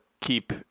keep